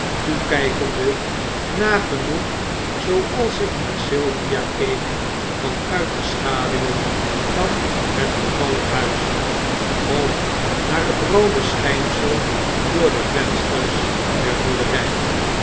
toekykende nagenoeg zooals ik naar sylvia keek van uit de schaduwen van het vervallen huis of naar het roode schynsel door de vensters der boerderij